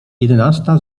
jedenasta